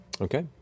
Okay